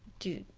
doot,